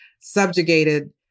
subjugated